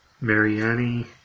Mariani